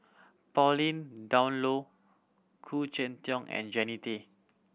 Pauline Dawn Loh Khoo Cheng Tiong and Jannie Tay